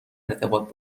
ارتباط